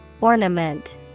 Ornament